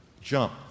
Jump